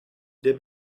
der